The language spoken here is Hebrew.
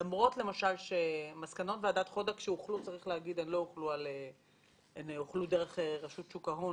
למרות שמסקנות ועדת חודק הוחלו דרך רשות שוק ההון,